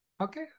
Okay